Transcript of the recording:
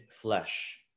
flesh